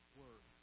word